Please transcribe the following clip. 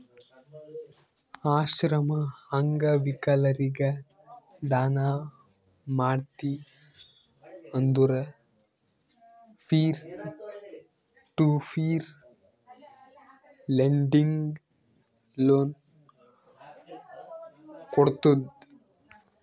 ಆಶ್ರಮ, ಅಂಗವಿಕಲರಿಗ ದಾನ ಮಾಡ್ತಿ ಅಂದುರ್ peer to peer lending loan ಕೋಡ್ತುದ್